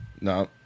No